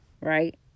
right